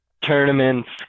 tournaments